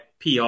PR